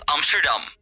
Amsterdam